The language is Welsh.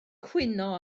cwyno